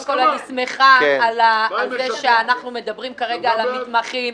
אני שמחה שאנחנו מדברים כרגע על המתמחים.